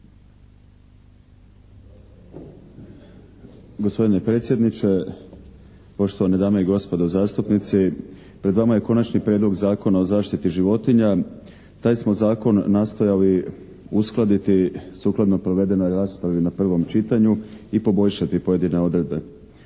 Gospodine predsjedniče, poštovane dame i gospodo zastupnici. Pred vama je Konačni prijedlog Zakona o zaštiti životinja. Taj smo zakon nastojali uskladiti sukladno provedenoj raspravi na prvom čitanju i poboljšati pojedine odredbe.